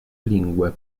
lingue